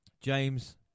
James